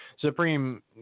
Supreme